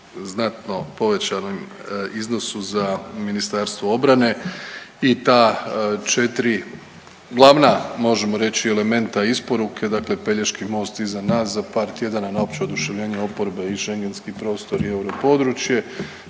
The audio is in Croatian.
znatno povećanom iznosu za Ministarstvo obrane. I ta četiri glavna možemo reći elementa isporuke, dakle Pelješki most iza nas. Za par tjedana na opće oduševljenje oporbe i Schengenski prostor i europodručje